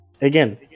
again